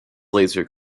later